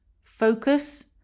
focus